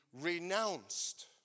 renounced